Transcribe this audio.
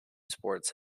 sports